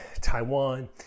Taiwan